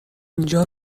اینجا